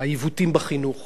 העיוותים בדין האישי.